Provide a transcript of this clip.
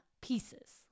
pieces